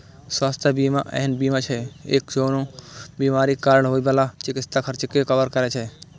स्वास्थ्य बीमा एहन बीमा छियै, जे कोनो बीमारीक कारण होइ बला चिकित्सा खर्च कें कवर करै छै